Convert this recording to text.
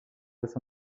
los